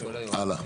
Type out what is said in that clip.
הלאה.